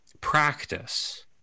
practice